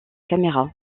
caméra